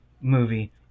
movie